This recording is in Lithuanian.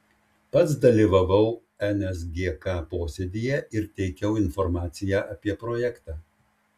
pats dalyvavau nsgk posėdyje ir teikiau informaciją apie projektą